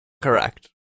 Correct